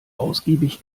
ausgiebig